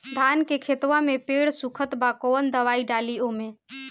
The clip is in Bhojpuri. धान के खेतवा मे पेड़ सुखत बा कवन दवाई डाली ओमे?